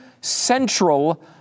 central